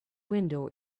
window